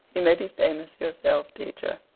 you may be famous yourself, teacher.